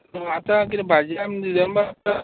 हय आतां कितें भाजी आमी डिसेंबरान